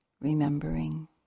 remembering